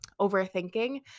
overthinking